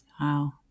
Wow